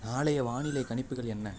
நாளைய வானிலை கணிப்புகள் என்ன